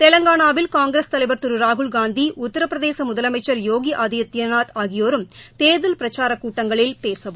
தெலங்கானாவில் காங்கிரஸ் தலைவர் திரு ராகுல்காந்தி உத்திரபிரதேச முதலமைச்சர் யோகி ஆதித்யநாத் ஆகியோரும் தேர்தல் பிரச்சார கூட்டங்களில் பேசவுள்ளனா்